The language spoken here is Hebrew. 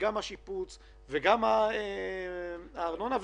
השיפוץ, הארנונה.